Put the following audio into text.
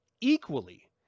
Equally